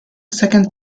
second